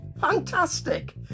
Fantastic